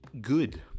good